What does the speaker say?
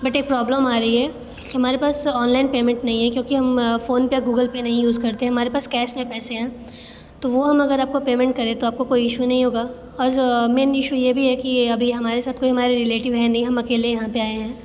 but एक problem आ रही है कि हमारे पास ऑनलाइन पेमेंट नहीं है क्योंकि हम फ़ोनपे या गूगल पे नहीं यूज़ करते हमारे पास कैस में पैसे हैं तो वो हम अगर आपको पेमेंट करें तो आपको कोई ईशू नहीं होगा और मेन ईशू ये भी है कि ये अभी हमारे साथ कोई हमारे रिलेटिव है नहीं हम अकेले यहाँ पर आए हैं